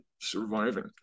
surviving